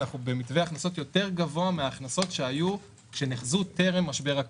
אנחנו במתווה הכנסות יותר גבוה מההכנסות שהיו כשנחזו טרם משבר הקורונה.